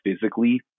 physically